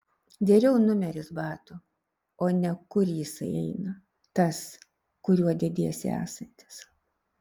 geriau numeris batų o ne kur jisai eina tas kuriuo dediesi esantis